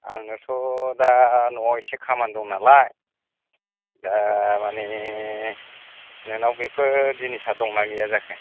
आंनोथ' दा न'आव एसे खामानि दं नालाय दा मानि नोंनाव बेफोर जिनिसा दंना गैया जाखो